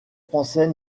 français